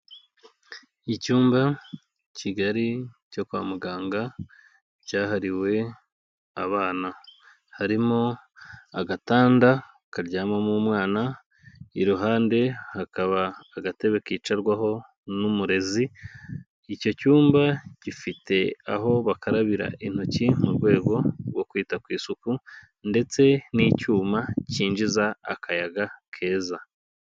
Icyumba kigari cyo kwa muganga cyahariwe abana. Harimo agatanda karyamamo umwana, iruhande hakaba agatebe kicarwaho n'umurezi, icyo cyumba gifite aho bakarabira intoki, mu rwego rwo kwita ku isuku ndetse n'icyuma cyinjiza akayaga keza.